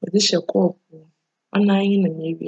hyj kccpow mu. Cnoara nye no nna m'ewie.